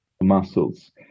muscles